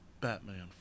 Batman